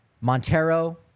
Montero